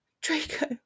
Draco